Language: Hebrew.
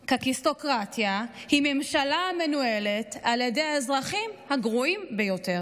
קקיסטוקרטיה היא ממשלה המנוהלת על ידי האזרחים הגרועים ביותר,